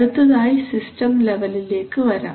അടുത്തതായി സിസ്റ്റം ലെവലിലേക്ക് വരാം